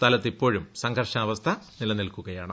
സ്ഥലത്ത് ഇപ്പോഴും സംഘർഷാവസ്ഥ നിില്പനിൽക്കുകയാണ്